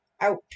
Out